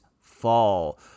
fall